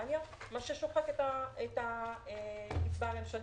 גרמניה מה ששוחק את הקצבה הממשלתית.